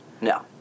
No